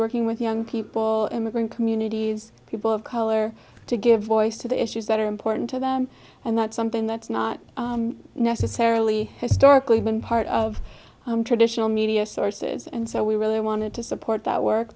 working with young people immigrant communities people of color to give voice to the issues that are important to them and not something that's not necessarily historically been part of traditional media sources and so we really wanted to support that work